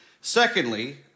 Secondly